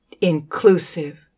inclusive